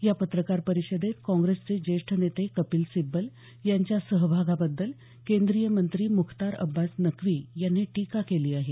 या पत्रकार परिषदेत काँग्रेसचे ज्येष्ठ नेते कपिल सिब्बल यांच्या सहभागाबद्दल केंद्रीय मंत्री मुख्तार अब्बास नक्की यांनी टीका केली आहे